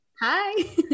Hi